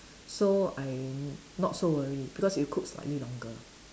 so I not so worry because it will cook slightly longer